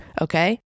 okay